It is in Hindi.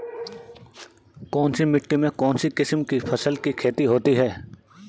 कौनसी मिट्टी में कौनसी किस्म की फसल की खेती होती है?